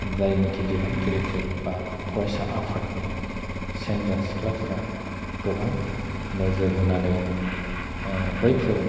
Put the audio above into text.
जायनोखि बिबानगिरिफोर बा फरायसा आफादनि सेंग्रा सिख्लाफोरा गोबां नोजोर होनानै बैफोर